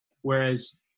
Whereas